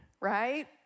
right